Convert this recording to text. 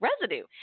residue